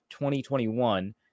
2021